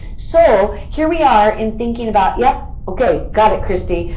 so here we are in thinking about, yep. ok, got it, kristie.